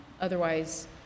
otherwise